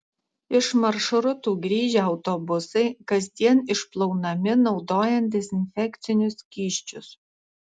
iš maršrutų grįžę autobusai kasdien išplaunami naudojant dezinfekcinius skysčius